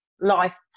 life